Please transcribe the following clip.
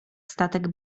statek